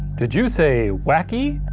did you say wacky?